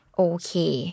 okay